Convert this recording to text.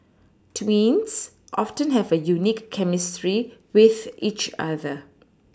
twins often have a unique chemistry with each other